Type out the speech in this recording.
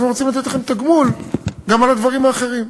אנחנו רוצים לתת לכם תגמול גם על הדברים האחרים.